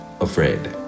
afraid